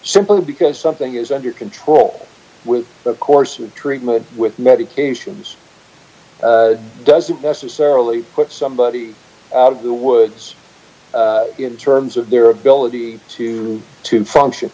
simply because something is under control with the course of treatment with medications doesn't necessarily put somebody out of the woods in terms of their ability to function